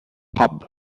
hub